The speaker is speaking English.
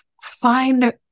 Find